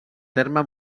terme